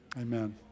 amen